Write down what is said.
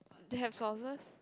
they have sauces